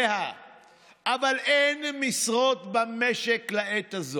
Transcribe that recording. אבל עדיין נתקלת,